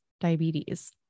diabetes